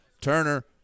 Turner